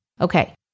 Okay